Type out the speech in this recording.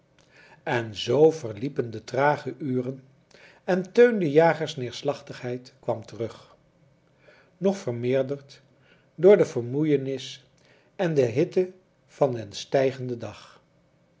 en zoo verliepen de trage uren en teun de jagers neerslachtigheid kwam terug nog vermeerderd door de vermoeienis en de hitte van den stijgenden dag